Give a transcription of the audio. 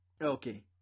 Okay